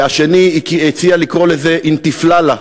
והשני הציע לקרוא לזה "אינתיפללה",